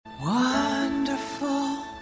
Wonderful